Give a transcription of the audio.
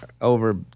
over